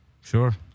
Sure